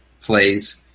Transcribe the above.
plays